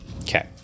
Okay